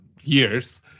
years